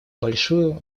большую